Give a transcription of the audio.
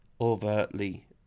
overtly